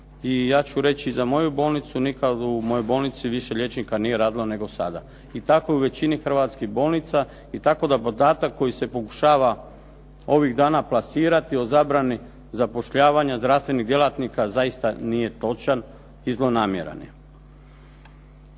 I ja ću reći za moju bolnicu, nikada u mojoj bolnici više liječnika nije radilo nego sada. I tako je u većini hrvatskih bolnica. I tako da podatak koji se pokušava ovih dana plasirati o zabrani zapošljavanja zdravstvenih djelatnika, zaista nije točan i zlonamjeran je.